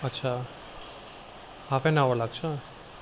अच्छा half an hour लाग्छ